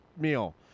meal